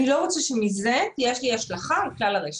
אני לא רוצה שמזה תהיה השלכה על כלל הרשת.